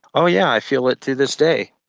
oh yeah, i feel it to this day.